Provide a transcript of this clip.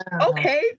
okay